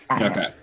Okay